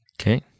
okay